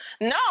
no